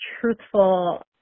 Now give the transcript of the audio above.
truthful